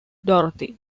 dorothy